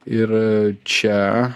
ir čia